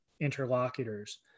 interlocutors